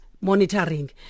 monitoring